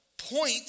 Point